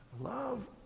Love